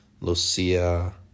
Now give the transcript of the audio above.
Lucia